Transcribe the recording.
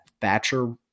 Thatcher